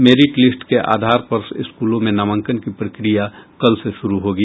merit list के आधार पर स्कूलों में नामांकन की प्रक्रिया की कल से शुरू होगी